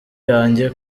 yanjye